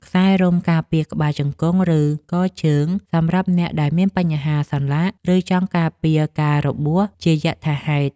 ខ្សែរុំការពារក្បាលជង្គង់ ឬកជើងសម្រាប់អ្នកដែលមានបញ្ហាសន្លាក់ ឬចង់ការពារការរបួសជាយថាហេតុ។